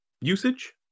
usage